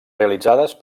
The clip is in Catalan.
realitzades